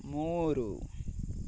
ಮೂರು